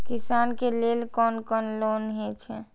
किसान के लेल कोन कोन लोन हे छे?